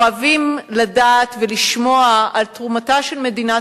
אוהבים לדעת ולשמוע על תרומתה של מדינת